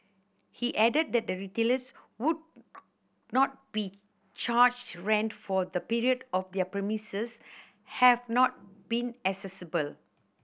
he added that retailers would not be charged rent for the period their premises have not been accessible